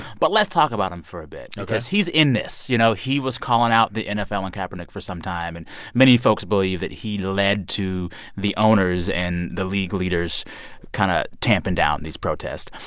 but let's talk about him for a bit. ok. because he's in this, you know? he was calling out the nfl and kaepernick for some time. and many folks believe that he led to the owners and the league leaders kind of tamping down these protests.